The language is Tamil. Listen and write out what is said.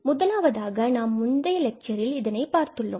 முதலாவதாக நாம் முந்தைய லெட்சரில் இதனை பார்த்துள்ளோம்